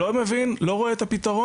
לא מבין, לא רואה את הפתרון.